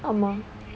ஆமா:aamaa